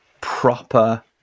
proper